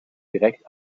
direkt